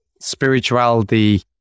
spirituality